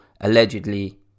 allegedly